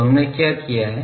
तो हमने क्या किया है